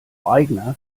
aigner